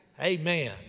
Amen